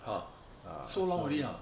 !huh! so long already ah